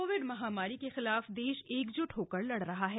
Covid महामारी के खिलाफ देश एकजुट होकर लड़ रहा है